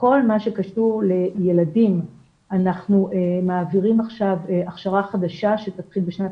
כל מה שקשור לילדים אנחנו מעבירים עכשיו הכשרה חדשה שתתחיל בשנת